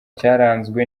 cyaranzwe